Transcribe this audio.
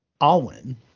Alwyn